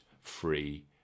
free